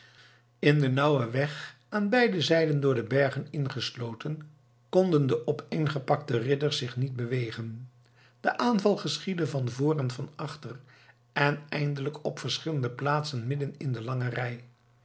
in den nauwen weg aan beide zijden door de bergen ingesloten konden de opeengepakte ridders zich niet bewegen de aanval geschiedde van voor en van achter en eindelijk op verscheidene plaatsen midden in de lange rij